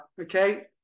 okay